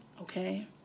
okay